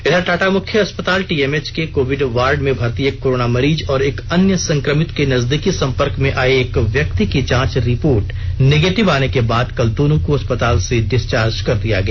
इधर टाटा मुख्य अस्पताल टी एम एच के कोविड वार्ड में भर्ती एक कोरोना मरीज और एक अन्य संक्रमित के नर्जदीकी संपर्क में आए एक व्यक्ति की जांच रिपोर्ट निगेटिव आने के बाद कल दोनों को अस्पताल से डिस्चार्ज कर दिया गया